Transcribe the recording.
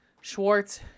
Schwartz